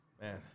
man